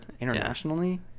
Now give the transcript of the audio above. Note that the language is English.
internationally